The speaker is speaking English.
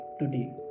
today